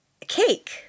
Cake